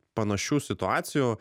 panašių situacijų